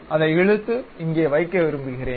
அதை இழுத்து இங்கே வைக்க விரும்புகிறேன்